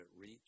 reach